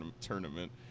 tournament